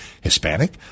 Hispanic